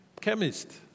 chemist